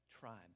tribes